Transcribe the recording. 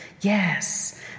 Yes